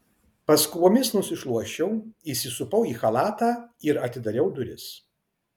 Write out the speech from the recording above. paskubomis nusišluosčiau įsisupau į chalatą ir atidariau duris